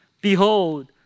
Behold